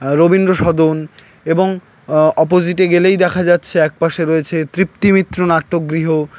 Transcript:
রবীন্দ্রসদন এবং অপোজিটে গেলেই দেখা যাচ্ছে এক পাশে রয়েছে তৃপ্তি মিত্র নাট্য গৃহ